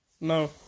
No